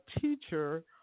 teacher